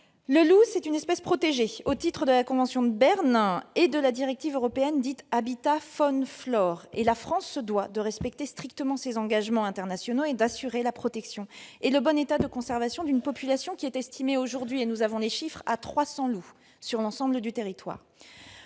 Le loup est une espèce protégée au titre de la convention de Berne et de la directive européenne habitats-faune-flore. La France se doit de respecter strictement ses engagements internationaux et donc d'assurer la protection et le bon état de conservation d'une population estimée aujourd'hui à 300 loups sur l'ensemble du territoire.